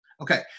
Okay